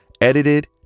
edited